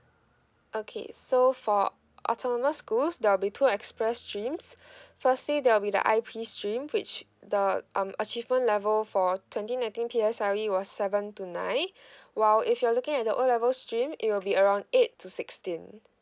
okay so for autonomous schools there'll be two express streams firstly there will be the I_P stream which the um achievement level for twenty nineteen P_S_L_E was seven to nine while if you're looking at the O level stream it will be around eight to sixteen